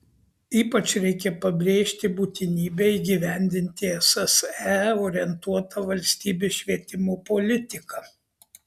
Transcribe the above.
ypač reikia pabrėžti būtinybę įgyvendinti į sse orientuotą valstybės švietimo politiką